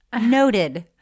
Noted